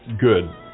good